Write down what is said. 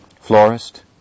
florist